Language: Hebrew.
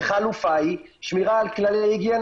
וחלופה היא - שמירה על כללי היגיינה